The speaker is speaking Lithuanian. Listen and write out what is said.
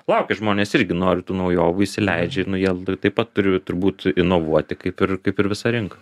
laukia žmonės irgi nori tų naujovių įsileidžia ir nu jie taip pat turi turbūt inovuoti kaip ir kaip ir visa rinka